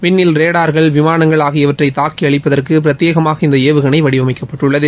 விண்ணில் ரேடார்கள் விமானங்கள் ஆகியவற்றை தாக்கி அழிப்பதற்கு பிரத்யேகமாக இந்த ஏவுகணை வடிவமைக்கப்பட்டுள்ளது